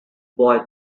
boy